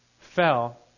fell